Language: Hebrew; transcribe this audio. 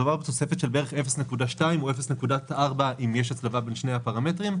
מדובר בתוספת של בערך 0.2 או 0.4 אם יש הצלבה בין שני הפרמטרים.